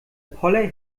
poller